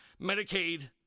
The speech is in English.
Medicaid